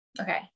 okay